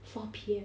four P_M